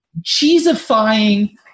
cheesifying